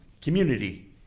Community